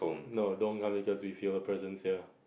no don't come because we feel the presence here